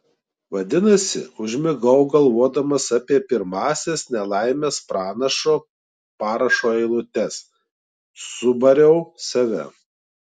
vadinasi užmigau galvodamas apie pirmąsias nelaimės pranašo parašo eilutes subariau save